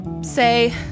say